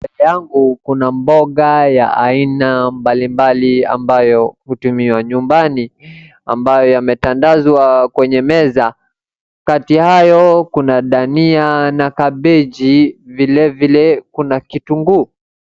Mbele yangu kuna mboga ya aina mbalimbali ambayo hutumiwa nyumbani. Ambayo yametandazwa kwenye meza. Kati yao kuna dania na kabeji, vilevile kuna kitunguu.